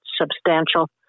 substantial